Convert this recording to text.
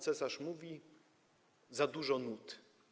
Cesarz mówi: za dużo nut.